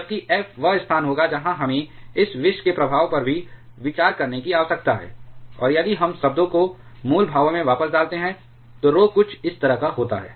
जबकि f वह स्थान होगा जहां हमें इस विष के प्रभाव पर भी विचार करने की आवश्यकता है और यदि हम शब्दों को मूल भावों में वापस डालते हैं तो rho कुछ इस तरह का होता है